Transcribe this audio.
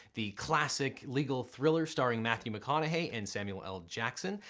the classic legal thriller starring matthew mcconaughey and samuel l. jackson.